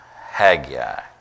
Haggai